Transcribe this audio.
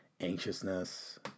anxiousness